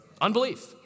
Unbelief